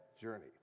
journey